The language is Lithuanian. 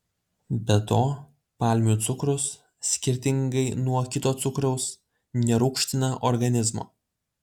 be to palmių cukrus skirtingai nuo kito cukraus nerūgština organizmo